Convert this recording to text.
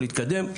להתקדם,